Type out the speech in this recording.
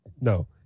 no